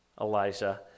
Elijah